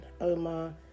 Omar